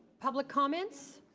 public comments?